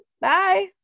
bye